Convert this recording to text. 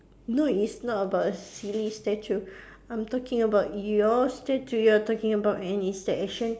no it's not about a silly statue I'm talking about your statue you are talking about any